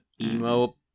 emo